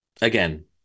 again